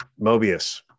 Mobius